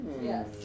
Yes